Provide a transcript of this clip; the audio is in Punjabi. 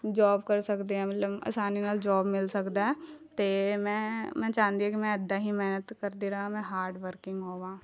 ਜੌਬ ਕਰ ਸਕਦੇ ਹੈ ਮਤਲਬ ਅਸਾਨੀ ਨਾਲ ਜੌਬ ਮਿਲ ਸਕਦਾ ਅਤੇ ਮੈਂ ਮੈਂ ਚਾਹੁੰਦੀ ਹਾਂ ਕਿ ਮੈਂ ਇੱਦਾਂ ਹੀ ਮਿਹਨਤ ਕਰਦੀ ਰਹਾਂ ਮੈਂ ਹਾਰਡ ਵਰਕਿੰਗ ਹੋਵਾਂ